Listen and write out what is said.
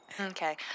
Okay